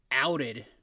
outed